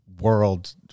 world